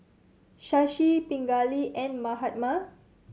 Shashi Pingali and Mahatma